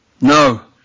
No